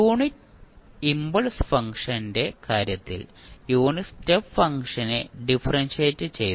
unit impulse ഫംഗ്ഷന്റെ കാര്യത്തിൽ unit step ഫംഗ്ഷനെ ഡിഫറെൻഷിയേറ്റ് ചെയ്തു